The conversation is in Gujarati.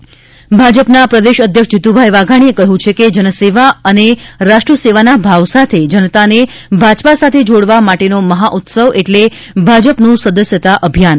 જીત્ ભાઈ વાઘાણી ભાજપના પ્રદેશ અધ્યક્ષ જીતુભાઇ વાઘાણીએ કહ્યું છે કે જનસેવા અને રાષ્ટ્રસેવાના ભાવ સાથે જનતાને ભાજપા સાથે જોડવા માટેનો મહાઉત્સવ એટલે ભાજપનું સદસ્યતા અભિયાન